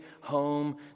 home